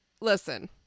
listen